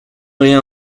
rien